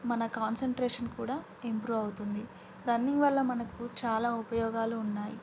మన కాన్సన్ట్రేషన్ కూడా ఇంప్రూవ్ అవుతుంది రన్నింగ్ వల్ల మనకు చాలా ఉపయోగాలు ఉన్నాయి